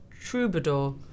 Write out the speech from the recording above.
Troubadour